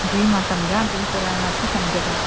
जी मां समुझा थी पर नथी समुझ पिए